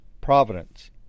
Providence